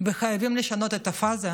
וחייבים לשנות את הפאזה,